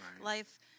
life